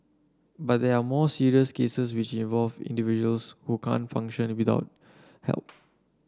but there are more serious cases which involve individuals who can't function without help